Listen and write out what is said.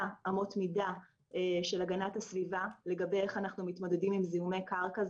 אמות מידה של הגנת הסביבה לגבי איך אנחנו מתמודדים עם זיהומי קרקע.